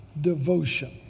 devotion